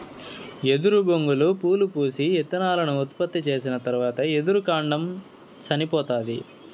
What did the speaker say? ఎదురు బొంగులు పూలు పూసి, ఇత్తనాలను ఉత్పత్తి చేసిన తరవాత ఎదురు కాండం సనిపోతాది